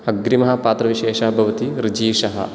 अग्रिमः पात्रविशेषः भवति ऋजीषः